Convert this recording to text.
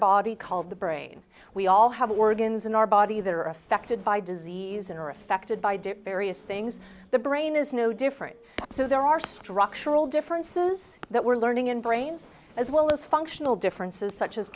body called the brain we all have organs in our body that are affected by disease and are affected by do various things the brain is no different so there are structural differences that we're learning in brains as well as functional differences such as